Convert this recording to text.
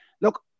Look